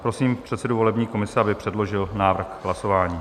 Prosím předsedu volební komise, aby předložil návrh hlasování.